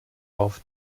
auf